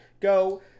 Go